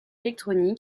électronique